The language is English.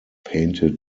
painted